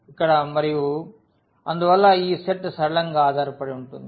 ఇక్కడ మరియు అందువల్ల ఈ సెట్ సరళంగా ఆధారపడి ఉంటుంది